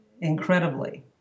incredibly